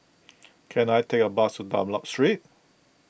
can I take a bus to Dunlop Street